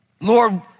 Lord